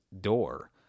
door